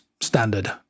standard